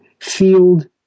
field